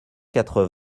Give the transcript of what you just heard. quatre